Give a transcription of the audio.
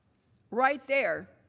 right there,